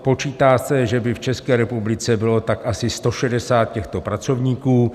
Počítá se, že by v České republice bylo tak asi 160 těchto pracovníků.